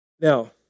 Now